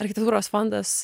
architektūros fondas